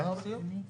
אתה תהיה בתפקיד הזה?